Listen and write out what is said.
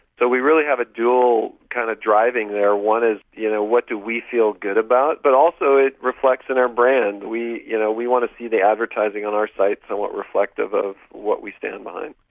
we really have a dual kind of driving there one is you know what do we feel good about, but also it reflects in our brand. we you know we want to see the advertising on our site somewhat reflective of what we stand behind.